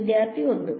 വിദ്യാർത്ഥി 1